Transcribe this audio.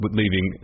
leaving